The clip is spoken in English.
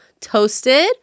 toasted